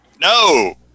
no